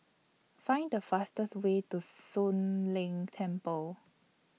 Find The fastest Way to Soon Leng Temple